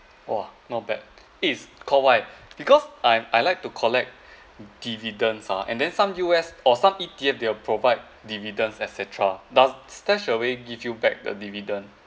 !wah! not bad it is correct because I I like to collect dividends ah and then some U_S or some E_T_F they'll provide dividends etcetera does StashAway give you back the dividend